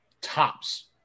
tops